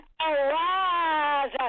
arise